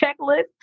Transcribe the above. checklist